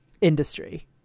industry